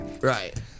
Right